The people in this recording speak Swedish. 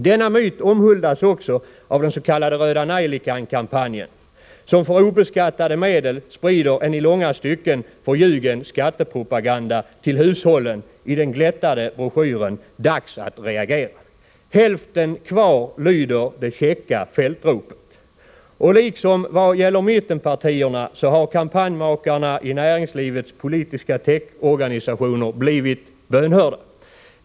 Denna myt omhuldas också av den s.k. Rödanejlikankampanjen, som för obeskattade medel sprider en i långa stycken förljugen skattepropaganda till hushållen i den glättade broschyren ”Dags att reagera”. ”Hälften kvar”, lyder det käcka fältropet. Och liksom i vad gäller mittenpartierna så har kampanjmakarna i näringslivets politiska täckorganisationer blivit bönhörda.